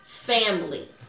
family